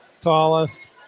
tallest